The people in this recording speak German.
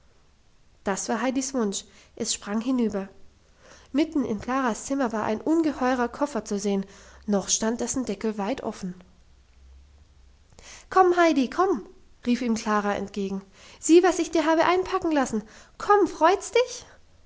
das war heidis wunsch es sprang hinüber mitten in klaras zimmer war ein ungeheurer koffer zu sehen noch stand dessen deckel weit offen komm heidi komm rief ihm klara entgegen sieh was ich dir habe einpacken lassen komm freut's dich